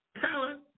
talent